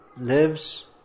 lives